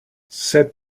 set